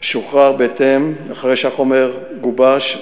ושוחרר בהתאם, אחרי שהחומר גובש.